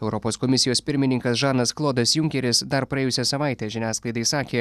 europos komisijos pirmininkas žanas klodas junkeris dar praėjusią savaitę žiniasklaidai sakė